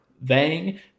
vang